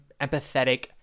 empathetic